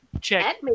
Check